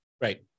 right